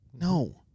No